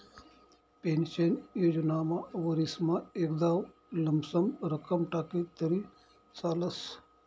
pension योजनामा वरीसमा एकदाव लमसम रक्कम टाकी तरी चालस